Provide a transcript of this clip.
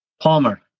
Palmer